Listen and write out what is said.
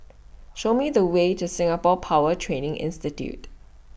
Show Me The Way to Singapore Power Training Institute